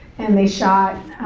and they shot,